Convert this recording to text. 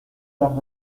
las